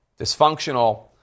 dysfunctional